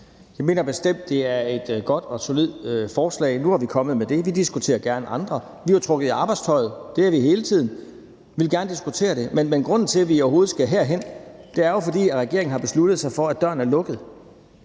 Jeg mener bestemt, at det er et godt og solidt forslag. Nu er vi kommet med det. Vi diskuterer gerne andre forslag. Vi er jo trukket i arbejdstøjet. Det har vi hele tiden været, og vi vil gerne diskutere det. Men grunden til, at vi overhovedet skal herhen, er jo, at regeringen har besluttet sig for, at døren er lukket.